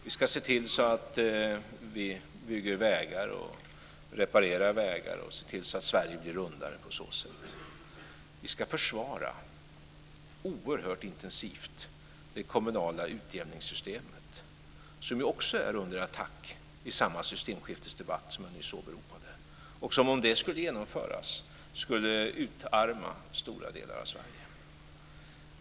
Vi ska se till att vi bygger vägar och reparerar vägar och se till att Sverige blir rundare på så sätt. Vi ska oerhört intensivt försvara det kommunala utjämningssystemet, som också är under attack i samma systemskiftesdebatt som jag nyss åberopade. Om systemskiftet skulle genomföras skulle det utarma stora delar av Sverige.